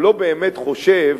הוא לא באמת חושב,